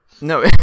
no